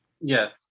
Yes